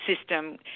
system